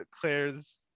claire's